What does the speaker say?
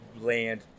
land